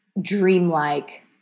dreamlike